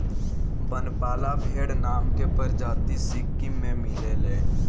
बनपाला भेड़ नाम के प्रजाति सिक्किम में मिलेले